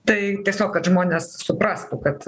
tai tiesiog kad žmonės suprastų kad